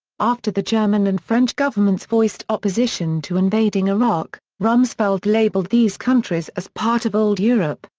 after the german and french governments voiced opposition to invading iraq, rumsfeld labeled these countries as part of old europe,